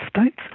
States